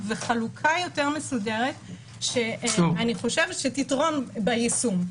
וחלוקה יותר מסודרת שאני חושבת שתתרום ביישום.